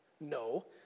No